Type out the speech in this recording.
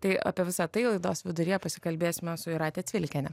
tai apie visa tai laidos viduryje pasikalbėsime su jūrate cvilikiene